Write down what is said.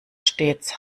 stets